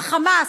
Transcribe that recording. החמאס,